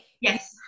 Yes